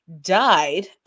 died